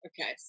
Okay